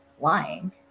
lying